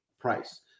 price